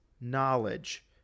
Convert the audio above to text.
knowledge